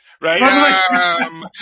Right